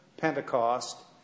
Pentecost